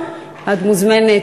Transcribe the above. את מוזמנת,